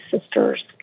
sister's